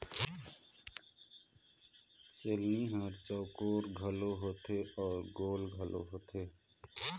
चलनी हर चउकोर घलो होथे अउ गोल घलो होथे